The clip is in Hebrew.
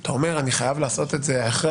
אתה אומר, אני חייב לעשות את זה כדי